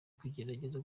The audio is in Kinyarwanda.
kugerageza